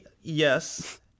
yes